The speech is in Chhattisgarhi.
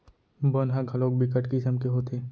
बन ह घलोक बिकट किसम के होथे